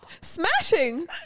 Smashing